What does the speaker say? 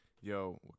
Yo